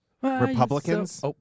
Republicans